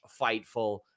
Fightful